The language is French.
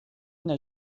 n’a